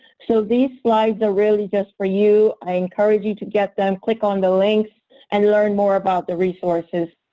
so these slides are really just for you. i encourage you to get them, click on the links and learn more about the resources.